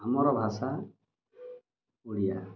ଆମର ଭାଷା ଓଡ଼ିଆ